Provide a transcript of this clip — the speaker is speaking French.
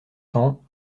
temps